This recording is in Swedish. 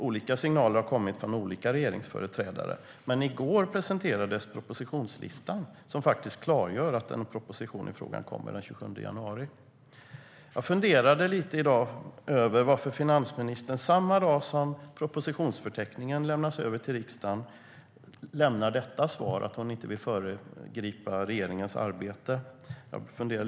Det har kommit olika signaler från olika regeringsföreträdare, men i går presenterades propositionslistan som klargör att en proposition i frågan kommer den 27 januari.I dag funderade jag lite över varför finansministern lämnar detta svar om att hon inte vill föregripa regeringens arbete samma dag som propositionsförteckningen lämnas över till riksdagen.